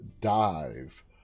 dive